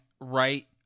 right